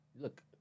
Look